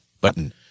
button